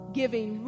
giving